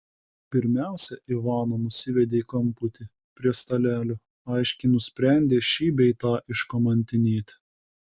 pirmiausia ivaną nusivedė į kamputį prie stalelio aiškiai nusprendę šį bei tą iškamantinėti